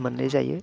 मोननाय जायो